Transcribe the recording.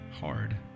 hard